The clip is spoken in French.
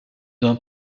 d’un